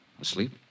Asleep